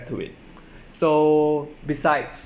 to it so besides